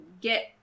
get